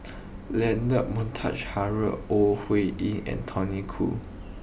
Leonard Montague Harrod Ore Huiying and Tony Khoo